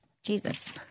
Jesus